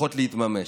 הולכות להתממש.